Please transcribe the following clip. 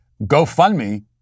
GoFundMe